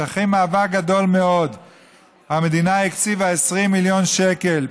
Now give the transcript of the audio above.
שאחרי מאבק גדול מאוד המדינה הקציבה 20 מיליון שקל,